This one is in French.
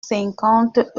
cinquante